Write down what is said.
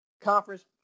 Conference